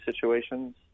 situations